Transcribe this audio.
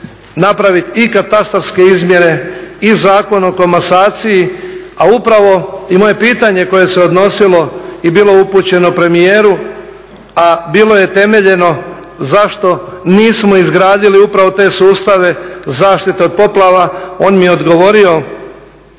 napraviti i katastarske izmjene i Zakon o komasaciji, a upravo i moje pitanje koje se odnosilo i bilo upućeno premijeru, a bilo je temeljeno zašto nismo izgradili te sustave zaštite od poplava, on mi je odgovorio